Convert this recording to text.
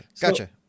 Gotcha